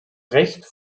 recht